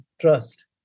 trust